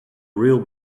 real